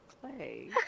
clay